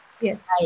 Yes